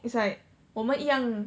it's like 我们一样